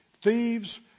Thieves